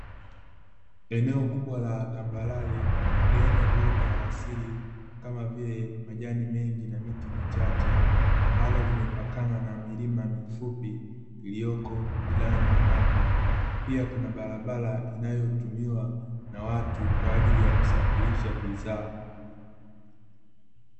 Eneo kubwa la tambarare lenye uoto wa asili, kama vile majani mengi, na miti michache, ambalo limepakana na milima mifupi iliyoko jirani na hapo. Pia kuna barabara inayotumiwa na watu kwa ajili ya kusafirisha bidhaa.